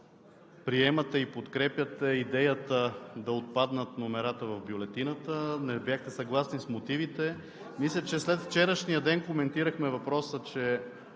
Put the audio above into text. приемате и подкрепяте идеята да отпаднат номерата в бюлетината, не бяхте съгласни с мотивите. Мисля, че след вчерашния ден коментирахме въпроса, че